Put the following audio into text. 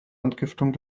entgiftung